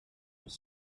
was